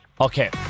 Okay